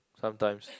sometimes